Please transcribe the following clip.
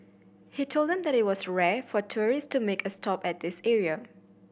he told them that it was rare for tourist to make a stop at this area